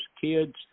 kids